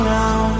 now